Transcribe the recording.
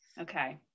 Okay